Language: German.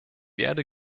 werde